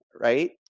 right